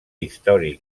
històric